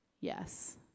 Yes